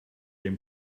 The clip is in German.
dem